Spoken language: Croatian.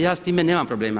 Ja s time nemam problema.